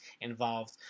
involved